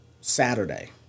Saturday